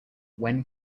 when